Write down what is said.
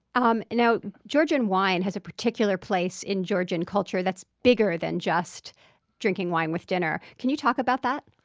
um you know georgian wine has a particular place in georgian culture that's bigger than just drinking wine with dinner. can you talk about that?